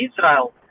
Israel